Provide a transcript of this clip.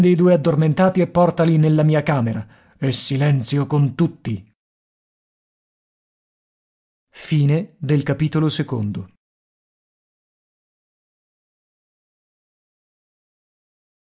i due addormentati e portali nella mia camera e silenzio con tutti